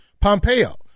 Pompeo